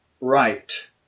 right